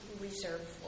reserved